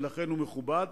ולכן הוא מכובד,